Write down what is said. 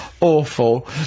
Awful